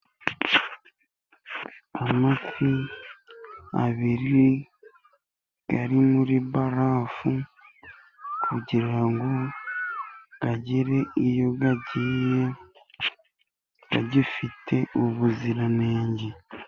Amafi abiri ari muri barafu kugira ngo agere iyo agiye agifite ubuziranenge.